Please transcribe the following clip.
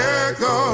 echo